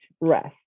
rest